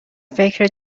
فکر